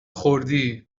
خوردی